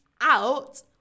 out